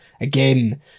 again